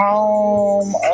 home